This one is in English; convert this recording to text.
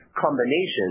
combination